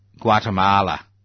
Guatemala